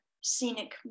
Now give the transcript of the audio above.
scenic